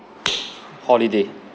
holiday